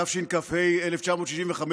התשכ"ה 1965,